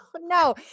No